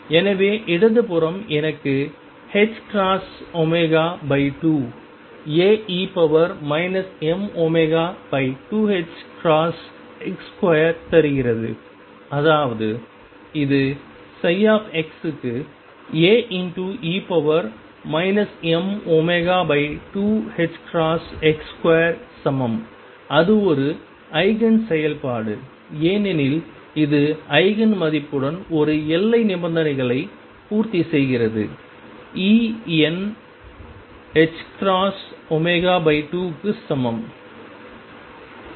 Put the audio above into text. எனவே இடது புறம் எனக்கு ℏω2Ae mω2ℏx2 தருகிறது அதாவது இது x க்கு Ae mω2ℏx2சமம் அது ஒரு ஈஜென் செயல்பாடு ஏனெனில் இது ஈஜென் மதிப்புடன் ஒரு எல்லை நிபந்தனைகளை பூர்த்தி செய்கிறது E n ℏω2 க்கு சமம்